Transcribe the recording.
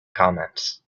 comments